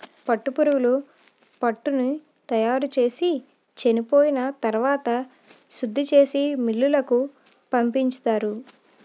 పట్టుపురుగులు పట్టుని తయారుచేసి చెనిపోయిన తరవాత శుద్ధిచేసి మిల్లులకు పంపించుతారు